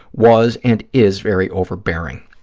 was and is very overbearing.